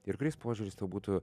ir kuris požiūris tau būtų